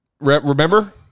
Remember